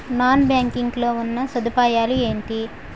Non banking లో ఉన్నా సదుపాయాలు ఎంటి?